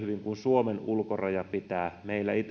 suomen ulkoraja pitää